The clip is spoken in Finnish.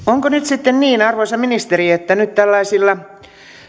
onko nyt sitten niin arvoisa ministeri että nyt tällaisilla